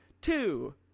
two